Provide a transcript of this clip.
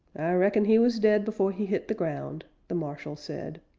reckon he was dead before he hit the ground, the marshal said.